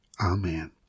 Amen